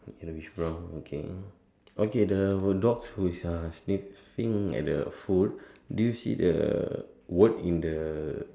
yellowish brown okay okay the dog who is ah sniffing at the food do you see the word in the